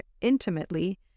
intimately